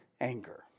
anger